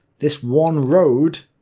this one road